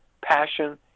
passion